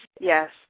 Yes